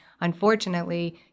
Unfortunately